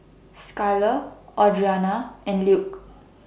Skyler Audrianna and Luke